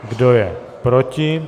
Kdo je proti?